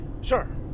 Sure